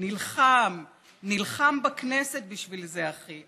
נלחם, נלחם בכנסת בשביל זה, אחי.